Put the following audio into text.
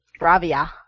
Bravia